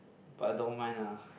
but I don't mind lah